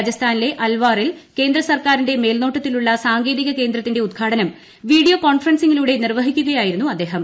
രാജസ്ഥാനിലെ അൽവാറിൽ കേന്ദ്ര സർക്കാരിന്റെ മേൽനോട്ടത്തിലുളള സാങ്കേതിക കേന്ദ്രത്തിന്റെ ഉദ്ഘാടനം വീഡിയോ കോൺഫറൻസിങ്ങിലൂടെ നിർവ്വഹിക്കുകയായിരുന്നു അദ്ദേഹം